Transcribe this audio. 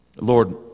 Lord